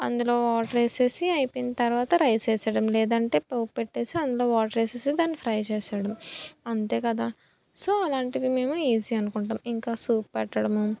అందులో వాటర్ వేసి అయిపోయిన తర్వాత రైస్ వేయడం లేదంటే పోప్పెట్టి అందులో వాటర్ వేసి దాన్ని ఫ్రై చేయడం అంతే కదా సో అలాంటివి మేము ఈజీ అనుకుంటాం ఇంకా సూప్ పెట్టడము